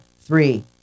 three